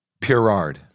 Pirard